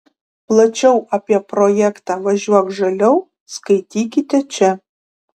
plačiau apie projektą važiuok žaliau skaitykite čia